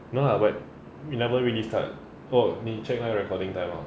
no lah but we never really start orh 你 check 那个 recording time uh